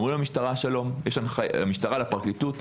לפרקליטות,